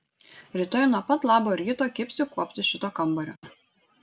rytoj nuo pat labo ryto kibsiu kuopti šito kambario